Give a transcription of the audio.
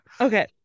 okay